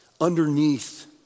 underneath